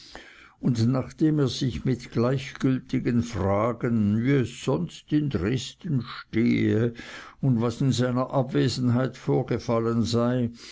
und nachdem er sich mit gleichgültigen fragen wie es sonst in dresden stehe und was in seiner abwesenheit vorgefallen sei